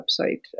website